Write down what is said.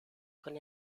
con